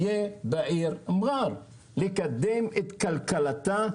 רציתי שזה יהיה באולם גליל אבל אין אולם גליל בכנסת,